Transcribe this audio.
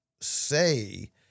say